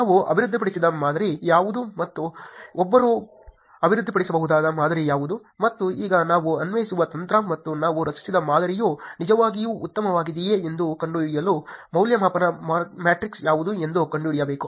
ನಾವು ಅಭಿವೃದ್ಧಿಪಡಿಸಿದ ಮಾದರಿ ಯಾವುದು ಮತ್ತು ಒಬ್ಬರು ಅಭಿವೃದ್ಧಿಪಡಿಸಬಹುದಾದ ಮಾದರಿ ಯಾವುದು ಮತ್ತು ಈಗ ನಾವು ಅನ್ವಯಿಸಿದ ತಂತ್ರ ಮತ್ತು ನಾವು ರಚಿಸಿದ ಮಾದರಿಯು ನಿಜವಾಗಿಯೂ ಉತ್ತಮವಾಗಿದೆಯೇ ಎಂದು ಕಂಡುಹಿಡಿಯಲು ಮೌಲ್ಯಮಾಪನ ಮ್ಯಾಟ್ರಿಕ್ಸ್ ಯಾವುದು ಎಂದು ಕಂಡುಹಿಡಿಯಬೇಕು